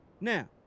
Now